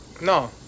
No